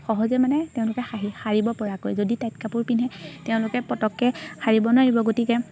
সহজে মানে তেওঁলোকে সাৰিব পৰাকৈ যদি টাইট কাপোৰ পিন্ধে তেওঁলোকে পটককৈ সাৰিব নোৱাৰিব গতিকে